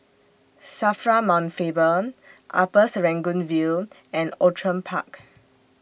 SAFRA Mount Faber Upper Serangoon View and Outram Park